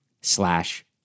slash